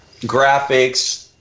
graphics